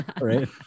Right